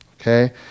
Okay